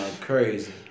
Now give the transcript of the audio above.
crazy